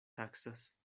taksas